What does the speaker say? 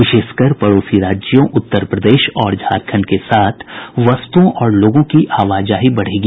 विशेषकर पड़ोसी राज्यों उत्तर प्रदेश और झारखंड के साथ वस्तुओं और लोगों की आवाजाही बढ़ेगी